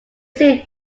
seemed